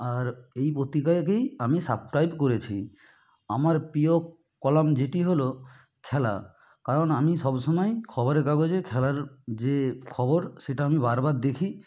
আর এই পত্রিকাতেই আমি সাবস্ক্রাইব করেছি আমার প্রিয় কলাম যেটি হলো খেলা কারণ আমি সব সময় খবরের কাগজে খেলার যে খবর সেটা আমি বারবার দেখি